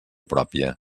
pròpia